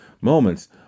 moments